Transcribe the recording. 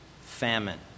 famine